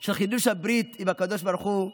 של חידוש הברית עם הקדוש ברוך הוא,